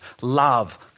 love